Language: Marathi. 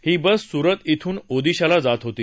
ही बस सूरत ध्रून ओदिशाला जात होती